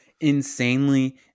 insanely